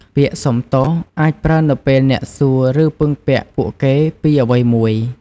ពាក្យ "សុំទោស" អាចប្រើនៅពេលអ្នកសួរឬពឹងពាក់ពួកគេពីអ្វីមួយ។